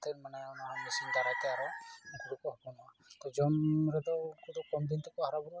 ᱚᱱᱟ ᱦᱚᱸ ᱢᱮᱥᱤᱱ ᱫᱟᱨᱟᱭ ᱛᱮ ᱟᱨᱚ ᱩᱱᱠᱩ ᱫᱚᱠᱚ ᱦᱚᱯᱚᱱᱚᱜᱼᱟ ᱛᱚ ᱡᱚᱢ ᱨᱮᱫᱚ ᱩᱱᱠᱩ ᱫᱚ ᱠᱚᱢ ᱫᱤᱱ ᱛᱮᱠᱚ ᱦᱟᱨᱟ ᱵᱩᱨᱩᱜᱼᱟ ᱛᱚ